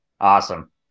Awesome